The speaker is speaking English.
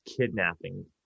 kidnapping